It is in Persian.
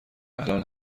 الان